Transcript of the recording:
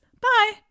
Bye